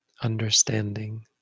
understanding